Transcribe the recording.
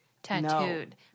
tattooed